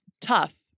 tough